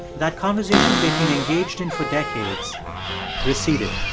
that conversation they'd been engaged in for decades receded.